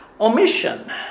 omission